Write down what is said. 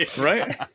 Right